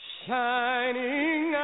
shining